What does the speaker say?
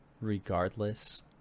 Regardless